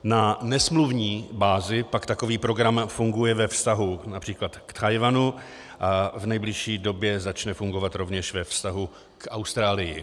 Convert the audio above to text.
Na nesmluvní bázi pak takový program funguje ve vztahu například k Tchajwanu a v nejbližší době začne fungovat rovněž ve vztahu k Austrálii.